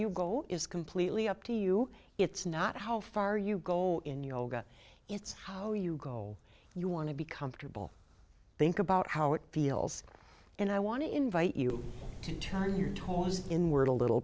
you go is completely up to you it's not how far you go in yoga it's how you go you want to be comfortable think about how it feels and i want to invite you to turn your toes in word a little